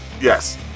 yes